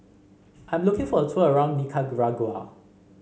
I am looking for a tour around Nicaragua